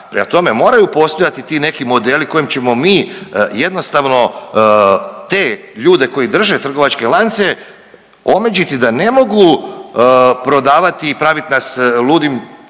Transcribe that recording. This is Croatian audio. Prema tome, moraju postojati ti neki modeli kojim ćemo mi jednostavno te ljude koji drže trgovačke lance omeđiti da ne mogu prodavati i pravit nas ludim